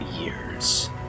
years